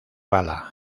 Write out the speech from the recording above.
bala